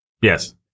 Yes